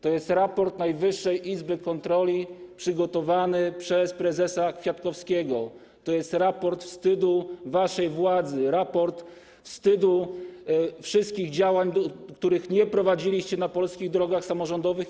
To jest raport Najwyższej Izby Kontroli przygotowany przez prezesa Kwiatkowskiego, to jest raport wstydu waszej władzy, raport wstydu pokazujący wszystkie działania, których nie prowadziliście na polskich drogach samorządowych.